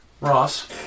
Ross